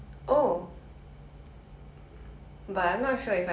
cause like disney changed the plot